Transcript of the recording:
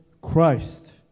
Christ